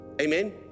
Amen